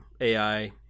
AI